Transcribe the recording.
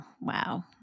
wow